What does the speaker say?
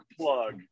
Plug